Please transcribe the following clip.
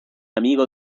amigo